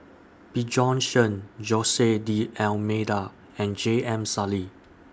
Bjorn Shen Jose D'almeida and J M Sali